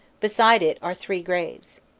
beside it are three graves.